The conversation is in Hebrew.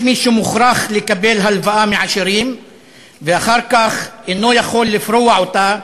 יש מי שמוכרח לקבל הלוואה מעשירים ואחר כך אינו יכול לפרוע אותה,